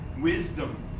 Wisdom